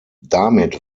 damit